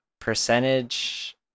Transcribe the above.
percentage